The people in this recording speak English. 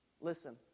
Listen